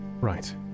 right